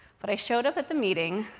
but i showed up at the meeting.